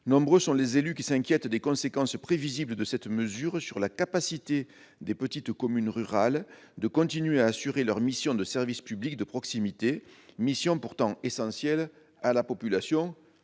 Nombreux sont les élus qui s'inquiètent des conséquences prévisibles de cette mesure sur la capacité des petites communes rurales de continuer à assurer leurs missions de service public de proximité, missions pourtant essentielles à la population-